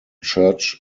church